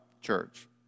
church